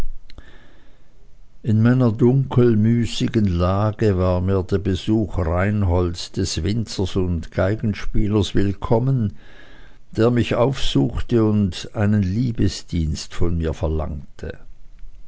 in meiner dunkel müßigen lage war mir der besuch reinholds des winzers und geigenspielers willkommen der mich aufsuchte und einen liebesdienst von mir verlangte